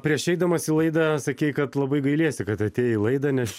prieš eidamas į laidą sakei kad labai gailiesi kad atėjai į laidą nes